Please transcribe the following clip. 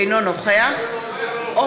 אינו נוכח נוכח, נוכח.